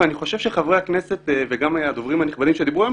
ואני חושב שחברי הכנסת וגם הדוברים הנכבדים שדיברו היום